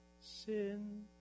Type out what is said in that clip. sin